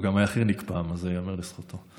הוא גם היה חי"רניק פעם, זה ייאמר לזכותו.